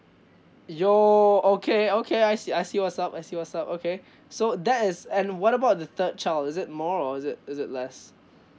yo okay okay I see I see what's up I see what's up okay so that is and what about the third child is it more or is it is it less